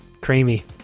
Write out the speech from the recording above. creamy